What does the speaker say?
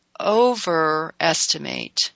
overestimate